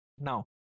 Now